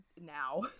now